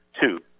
two